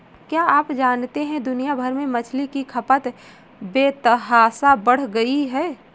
क्या आप जानते है दुनिया भर में मछली की खपत बेतहाशा बढ़ गयी है?